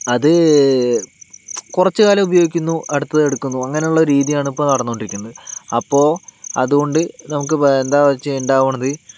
അത് കുറച്ച് കാലം ഉപയോഗിക്കുന്നു അടുത്തത് എടുക്കുന്നു അങ്ങനെയുള്ള രീതിയാണ് ഇപ്പോൾ നടന്നുകൊണ്ടിരിക്കുന്നത് അപ്പോൾ അതുകൊണ്ട് നമുക്ക് എന്താ വെച്ചാ ഉണ്ടാകണത്